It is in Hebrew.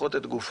שלפחות את גופתו